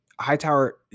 Hightower